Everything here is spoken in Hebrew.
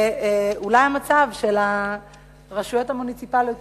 ואולי המצב של הרשויות המוניציפליות